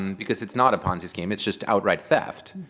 because it's not a ponzi scheme. it's just outright theft.